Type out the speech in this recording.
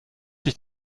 sich